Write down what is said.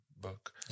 book